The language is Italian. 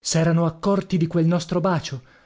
serano accorti di quel nostro bacio